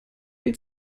die